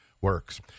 works